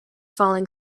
falling